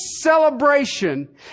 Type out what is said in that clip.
celebration